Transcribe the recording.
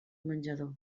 menjador